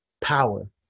power